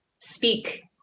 speak